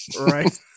Right